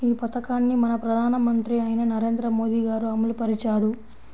ఈ పథకాన్ని మన ప్రధానమంత్రి అయిన నరేంద్ర మోదీ గారు అమలు పరిచారు